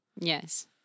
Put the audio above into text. Yes